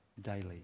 daily